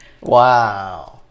wow